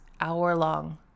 hour-long